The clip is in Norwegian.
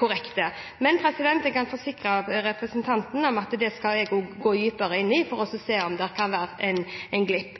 korrekte. Men jeg kan forsikre representanten om at jeg skal gå dypere inn i dette for å se om det kan være en glipp.